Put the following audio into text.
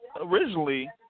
originally